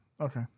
okay